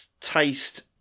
taste